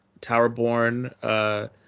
Towerborn